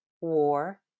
war